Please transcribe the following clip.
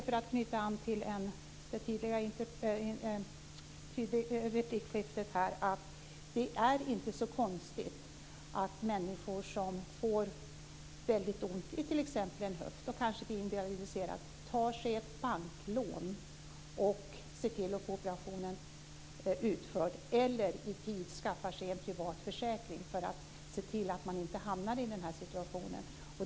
För att knyta an till det tidigare replikskiftet här så tycker jag inte att det är så konstigt att människor som får väldigt ont i t.ex. en höft och kanske blir invalidiserade tar ett banklån och ser till att få operationen utförd, eller i tid skaffar sig en privat försäkring för att se till att de inte hamnar i den här situationen.